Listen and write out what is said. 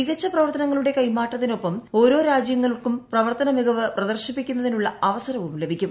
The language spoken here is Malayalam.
മികച്ച പ്രവർത്തനങ്ങളുടെ കൈമാറ്റത്തിനൊപ്പം ഓരോ രാജ്യങ്ങൾക്കും പ്രവർത്തന മികവ് പ്രദർശിപ്പിക്കുന്നതിനുള്ള അവസരവും ലഭിക്കും